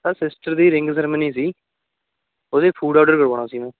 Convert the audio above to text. sir sister ਦੀ ring ceremony ਸੀ ਉਸਦਾ ਫੂਡ ਔਡਰ ਕਰਵਾਉਣਾ ਸੀ ਮੈਂ